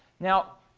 now,